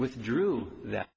withdrew that